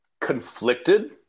conflicted